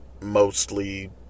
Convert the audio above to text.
Mostly